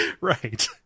right